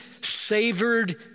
savored